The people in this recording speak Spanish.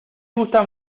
gusta